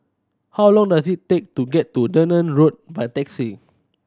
how long does it take to get to Dunearn Road by taxi